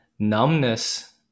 Numbness